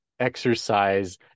exercise